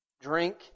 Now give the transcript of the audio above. drink